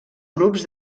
grups